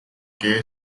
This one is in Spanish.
que